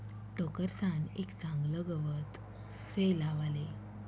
टोकरसान एक चागलं गवत से लावले